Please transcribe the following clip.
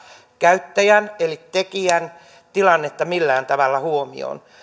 käyttäjän eli tekijän tilannetta millään tavalla huomioon